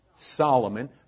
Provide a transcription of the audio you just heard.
Solomon